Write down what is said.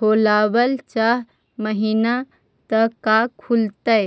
खोलाबल चाह महिना त का खुलतै?